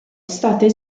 state